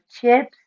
chips